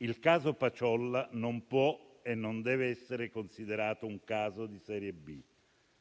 Il caso Paciolla non può e non deve essere considerato un caso di serie B.